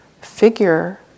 figure